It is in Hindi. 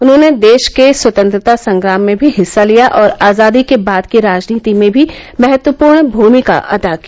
उन्होंने देश के स्वतंत्रता संग्राम में भी हिस्सा लिया और आजादी के बाद की राजनीति में भी महत्वपूर्ण भूमिका अदा की